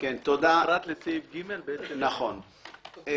בעד הסעיף פה אחד סעיף 11 אושר.